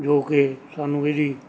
ਜੋ ਕਿ ਸਾਨੂੰ ਇਹਦੀ